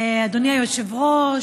אדוני היושב-ראש,